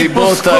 דרעי.